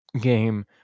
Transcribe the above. game